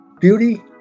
beauty